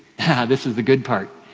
this is the good part.